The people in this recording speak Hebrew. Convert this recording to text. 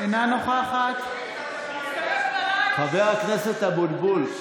אינה נוכחת חבר הכנסת אבוטבול,